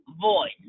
voice